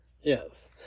Yes